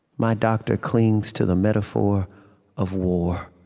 my doctor clings to the metaphor of war.